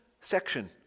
section